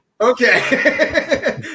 okay